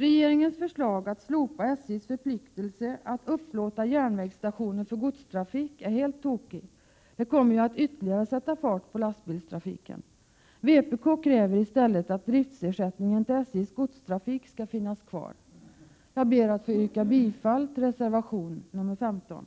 Regeringens förslag att slopa SJ:s förpliktelse att upplåta järnvägsstationer för godstrafik är helt tokigt. Det kommer ju att ytterligare sätta fart på lastbilstrafiken. Vpk kräver i stället att driftersättningen till SJ:s godstrafik skall finnas kvar. Jag ber att få yrka bifall till reservation nr 15.